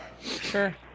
Sure